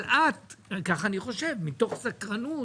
אבל את ככה אני חושב מתוך סקרנות